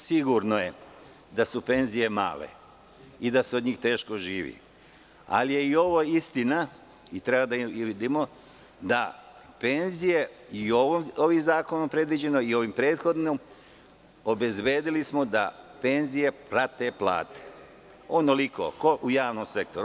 Sigurno je da su penzije male i da se od njih teško živi, ali je i ovo istina i treba da vidimo da penzije, i ovim zakonom je predviđeno i prethodnim, obezbedili smo da penzije prate plate u javnom sektoru.